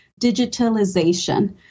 Digitalization